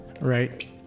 right